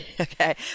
Okay